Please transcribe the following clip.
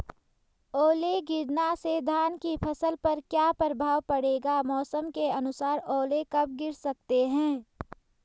ओले गिरना से धान की फसल पर क्या प्रभाव पड़ेगा मौसम के अनुसार ओले कब गिर सकते हैं?